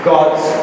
God's